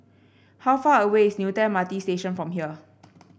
how far away is Newton M R T Station from here